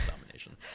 domination